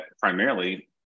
primarily